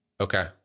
Okay